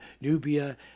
Nubia